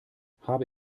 habe